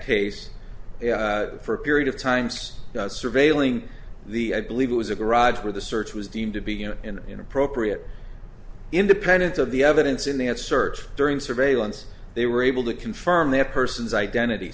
case for a period of time since surveilling the i believe it was a garage where the search was deemed to be you know an inappropriate in the appended to the evidence in that search during surveillance they were able to confirm that person's identity